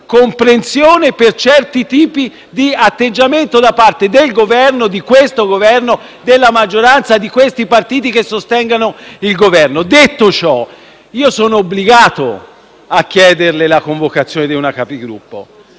comprensione per certi tipi di atteggiamento da parte di questo Governo, della maggioranza e dei partiti che sostengono il Governo. Detto ciò, sono obbligato a chiederle la convocazione di una Conferenza